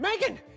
Megan